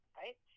right